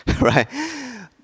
right